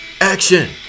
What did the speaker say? Action